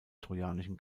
trojanischen